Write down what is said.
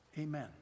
Amen